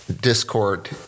discord